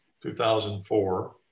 2004